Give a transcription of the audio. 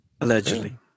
allegedly